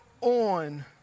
on